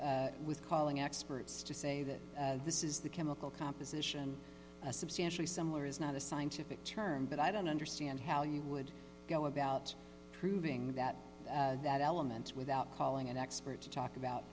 with calling experts to say that this is the chemical composition a substantially similar is not a scientific term but i don't understand how you would go about proving that elements without calling an expert to talk about